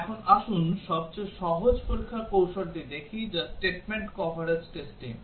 এখন আসুন সবচেয়ে সহজ পরীক্ষার কৌশলটি দেখি যা statement কভারেজ টেস্টিং